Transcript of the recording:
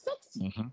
sexy